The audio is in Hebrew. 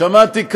לא בדרך הזאת,